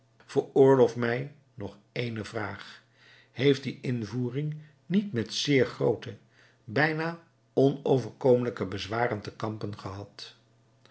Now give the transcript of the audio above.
veroorloof mij nog ééne vraag heeft die invoering niet met zeer groote bijna onoverkomelijke bezwaren te kampen gehad